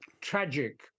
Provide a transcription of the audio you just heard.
tragic